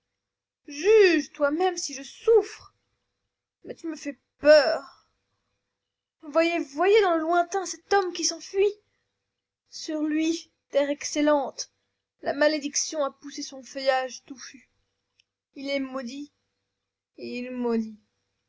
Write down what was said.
juge toi-même si je souffre mais tu me fais peur voyez voyez dans le lointain cet homme qui s'enfuit sur lui terre excellente la malédiction a poussé son feuillage touffu il est maudit et il